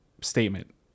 statement